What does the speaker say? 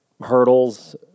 hurdles